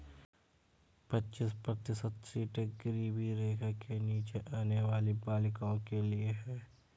पच्चीस प्रतिशत सीटें गरीबी रेखा के नीचे आने वाली बालिकाओं के लिए है